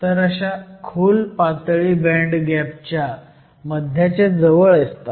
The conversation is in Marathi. तर अशा खोल पातळी बँड गॅपच्या मध्याच्या जवळ असतात